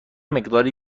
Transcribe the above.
مقداری